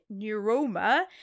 neuroma